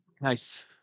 Nice